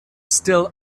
still